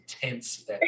intense